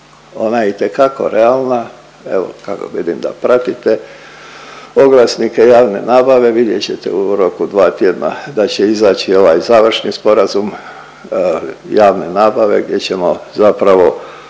ona je itekako realna, evo vidim da pratite oglasnike javne nabave, vidjet ćete u roku od dva tjedna da će izaći ovaj završi sporazum javne nabave gdje ćemo zapravo